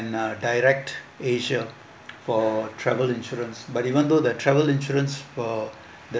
and uh directasia for travel insurance but even though the travel insurance for the